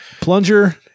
plunger